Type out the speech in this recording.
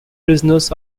prisoners